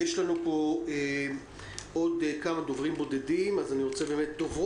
יש לנו פה עוד כמה דוברים בודדים, בעצם דוברות.